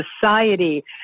society